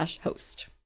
host